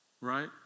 Right